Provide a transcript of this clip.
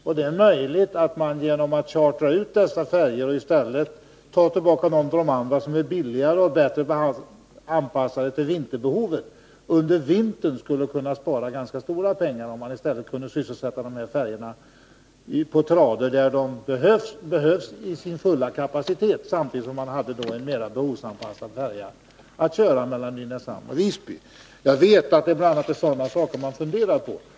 Man skulle kunna genom att charta ut dessa färjor och i stället ta tillbaka andra som är billigare och bättre anpassade till vinterbehovet under vintern spara ganska stora pengar. Man skulle kunna sysselsätta de stora färjorna på trader där de behövsi sin fulla kapacitet, samtidigt som man hade en mera behovsanpassad färja mellan Nynäshamn och Visby. Jag vet att det bl.a. är sådana saker man funderar på.